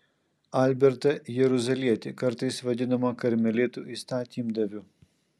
albertą jeruzalietį kartais vadinamą karmelitų įstatymdaviu